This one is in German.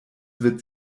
wird